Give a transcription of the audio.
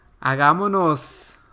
Hagámonos